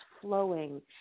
flowing